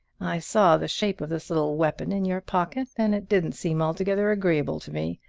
i saw the shape of this little weapon in your pocket and it didn't seem altogether agreeable to me.